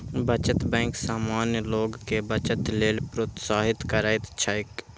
बचत बैंक सामान्य लोग कें बचत लेल प्रोत्साहित करैत छैक